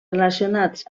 relacionats